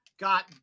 got